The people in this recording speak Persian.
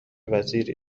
وزیری